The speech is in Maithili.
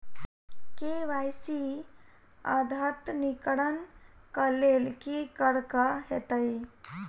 के.वाई.सी अद्यतनीकरण कऽ लेल की करऽ कऽ हेतइ?